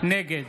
נגד